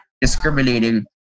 discriminating